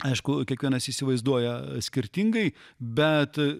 aišku kiekvienas įsivaizduoja skirtingai bet